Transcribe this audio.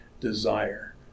desire